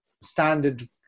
standard